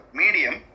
medium